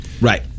Right